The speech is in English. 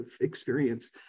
experience